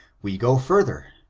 we go further,